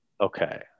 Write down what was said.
Okay